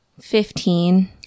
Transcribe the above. Fifteen